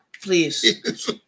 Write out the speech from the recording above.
Please